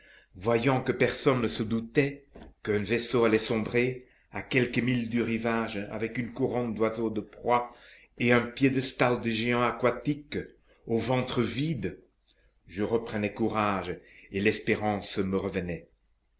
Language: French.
voyant que personne ne se doutait qu'un vaisseau allait sombrer à quelques milles du rivage avec une couronne d'oiseaux de proie et un piédestal de géants aquatiques au ventre vide je reprenais courage et l'espérance me revenait